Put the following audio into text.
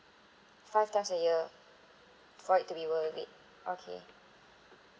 five times a year for it to be worth it okay